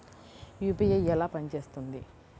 UPI ఎలా పనిచేస్తుంది?